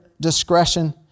discretion